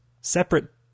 separate